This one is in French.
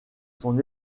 son